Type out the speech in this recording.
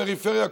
פריפריה,